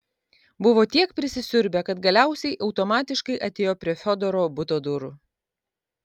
buvo tiek prisisiurbę kad galiausiai automatiškai atėjo prie fiodoro buto durų